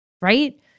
right